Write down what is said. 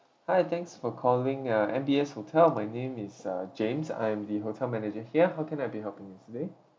hi thanks for calling uh M B S hotel by name is uh james I am the hotel manager here how can I be helping you today